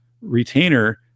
retainer